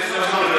סליחה,